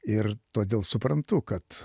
ir todėl suprantu kad